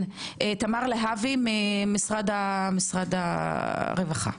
תמר להבי ממשרד הרווחה.